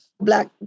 Black